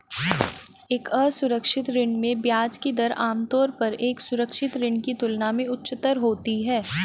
एक असुरक्षित ऋण में ब्याज की दर आमतौर पर एक सुरक्षित ऋण की तुलना में उच्चतर होती है?